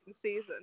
season